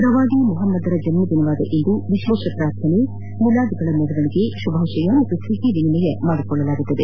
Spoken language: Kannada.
ಪ್ರವಾದಿ ಮೊಹಮ್ದದರ ಜನ್ನದಿನವಾದ ಇಂದು ವಿಶೇಷ ಪ್ರಾರ್ಥನೆ ಮಿಲಾದ್ಗಳ ಮೆರವಣಿಗೆ ಶುಭಾಶಯ ಮತ್ತು ಸಿಹಿ ವಿನಿಮಯ ಮಾಡಿಕೊಳ್ಳಲಾಗುತ್ತದೆ